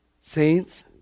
Saints